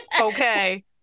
okay